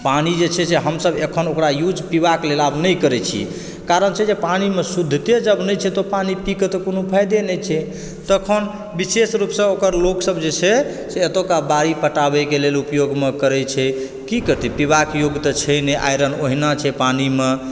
पानि जे छै से हमसब अखन ओकरा यूज़ पीबाक लेल आब नहि करै छियै कारण छै जे पानि में शुद्धते जब नहि छै त पानि पी के तऽ कोनो फ़ायदे नहि छै तखन विशेष रूपसॅं ओकर लोग सब जे छै से एतुका बारी पटाबैक लेल उपयोग मे करै छै की करतै पीबाक योग्य तऽ छै नहि आइरन ओहिना छै पानि मे